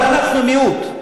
אבל אנחנו מיעוט.